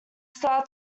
start